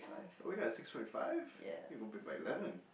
we got six route five we got bed by eleven